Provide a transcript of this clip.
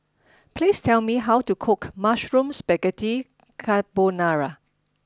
please tell me how to cook Mushroom Spaghetti Carbonara